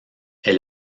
est